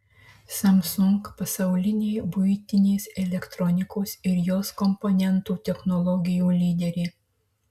samsung pasaulinė buitinės elektronikos ir jos komponentų technologijų lyderė